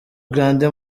grande